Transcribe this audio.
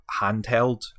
handheld